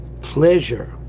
pleasure